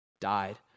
Died